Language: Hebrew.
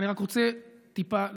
אני רק רוצה טיפה לחדד: